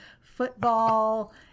football